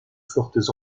fortes